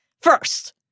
First